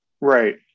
Right